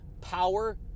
power